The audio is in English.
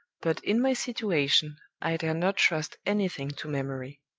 but in my situation, i dare not trust anything to memory.